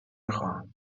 میخواهم